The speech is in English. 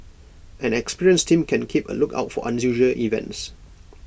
an experienced team can keep A lookout for unusual events